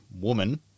woman